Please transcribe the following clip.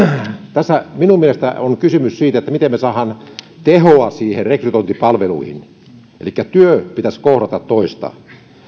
tässä minun mielestäni on kysymys siitä että miten me saamme tehoa rekrytointipalveluihin elikkä työn pitäisi kohdata toista